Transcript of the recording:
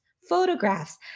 photographs